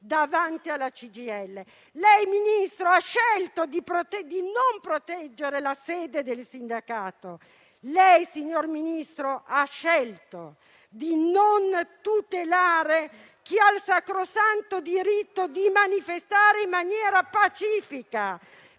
davanti alla CGIL. Lei, Ministro, ha scelto di non proteggere la sede del sindacato. Lei, signor Ministro, ha scelto di non tutelare chi ha il sacrosanto diritto di manifestare in maniera pacifica